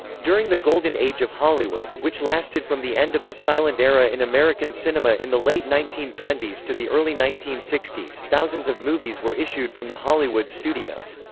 during the golden age of hollywood, which lasted from the end of the silent era in american cinema in the late nineteen twenty s to the early nineteen sixty s, thousands of movies were issued from the hollywood studios.